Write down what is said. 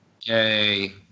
Yay